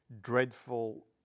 dreadful